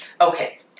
Okay